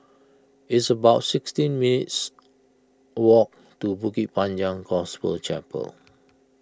it's about sixteen minutes' walk to Bukit Panjang Gospel Chapel